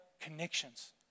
connections